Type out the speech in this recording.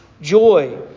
joy